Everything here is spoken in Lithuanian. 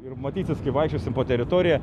ir matysis kai vaikščiosim po teritoriją